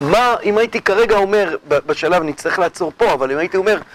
מה אם הייתי כרגע אומר, בשלב נצטרך לעצור פה, אבל אם הייתי אומר...